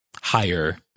higher